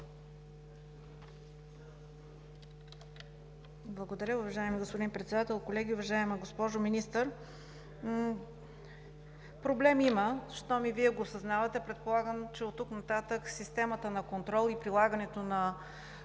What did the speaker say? Благодаря. Уважаеми господин Председател, колеги! Уважаема госпожо Министър, проблем има, щом и Вие го осъзнавате. Предполагам, че оттук нататък системата на контрол и прилагането на